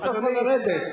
הוא צריך כבר לרדת.